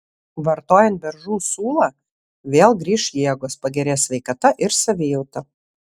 vartojant beržų sulą vėl grįš jėgos pagerės sveikata ir savijauta